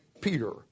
Peter